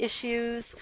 issues